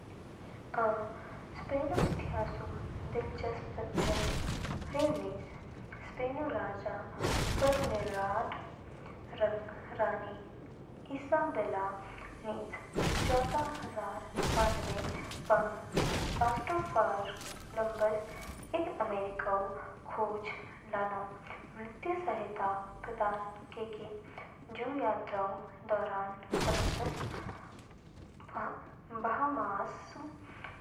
अ, बिल्कुल। स्पेनऊ इतिहासऊ दिलचस्प तथ्य ह्यू निज। स्पेनऊ राजा फ़र्डिनांड रंग रानी इसाबेला निज, चौदह हजार बान्नवे पंग क्रिस्टोफ़र कोलंबस इस अमेरिकाऊ खोज लानो वित्तीय सहायता प्रदान कैग। जू यात्राऊ दौरान, कोलंबस ऊ बाहामास